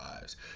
lives